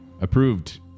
Approved